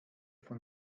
von